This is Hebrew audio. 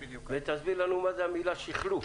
ותסביר לנו מה זו המילה "שיחלוף".